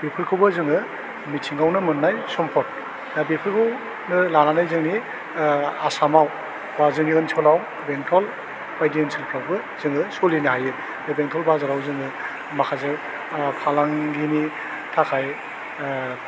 बेफोरखौबो जोङो मिथिंगायावनो मोन्नाय सम्पद दा बेफोरखौनो लानानै जोंनि ओह आसामाव बा जोंनि ओनसोलाव बेंटल बायदि ओनसोलफ्रावबो जोङो सलिनो हायो बे बेंटल बाजाराव जोङो माखासे ओह फालांगिनि थाखाय ओह